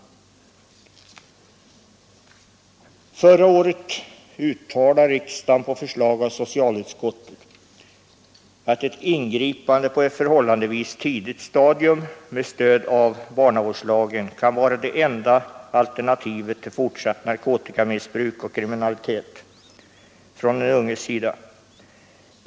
Förra året uttalade riksdagen på förslag av socialutskottet att ett ingripande på ett förhållandevis tidigt stadium med stöd av barnavårdslagen kan vara det enda alternativet till fortsatt narkotikamissbruk och kriminalitet från den unges sida.